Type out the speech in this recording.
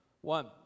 One